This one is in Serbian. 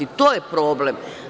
To je problem.